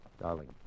Darling